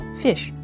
fish